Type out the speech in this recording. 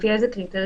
לפי איזה קריטריון.